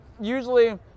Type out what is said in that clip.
Usually